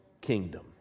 kingdom